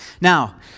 Now